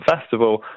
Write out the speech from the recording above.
festival